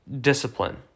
discipline